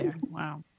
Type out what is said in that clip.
wow